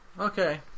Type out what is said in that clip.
Okay